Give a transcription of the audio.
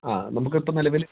ആ നമുക്ക് ഇപ്പം നെലവിൽ